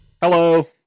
hello